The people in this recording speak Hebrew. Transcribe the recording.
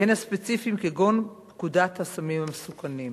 והן הספציפיים, כגון פקודת הסמים המסוכנים.